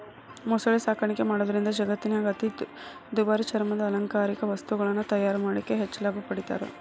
ಮೊಸಳೆ ಸಾಕಾಣಿಕೆ ಮಾಡೋದ್ರಿಂದ ಜಗತ್ತಿನ್ಯಾಗ ಅತಿ ದುಬಾರಿ ಚರ್ಮದ ಅಲಂಕಾರಿಕ ವಸ್ತುಗಳನ್ನ ತಯಾರ್ ಮಾಡಿ ಹೆಚ್ಚ್ ಲಾಭ ಪಡಿತಾರ